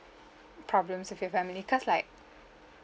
problems with your family cause like